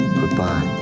Goodbye